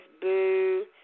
Boo